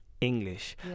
English